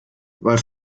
weil